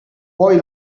poi